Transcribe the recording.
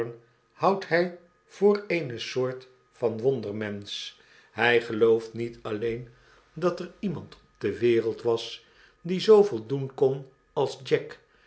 houdt hy voor eene soort van wondermensch hy gelooft niet alleen dat er iemand op de wereld was die zooveel doen kon als jack